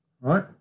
right